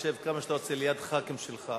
שב כמה שאתה רוצה ליד חברי הכנסת שלך,